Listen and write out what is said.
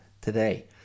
today